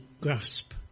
grasp